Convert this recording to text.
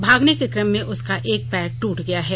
भागने के कम में उसका एक पैर टूट गया है